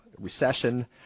recession